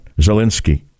Zelensky